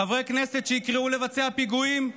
חברי כנסת שיקראו לבצע פיגועים?